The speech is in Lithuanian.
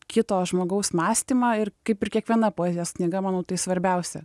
kito žmogaus mąstymą ir kaip ir kiekviena poezijos knyga manau tai svarbiausia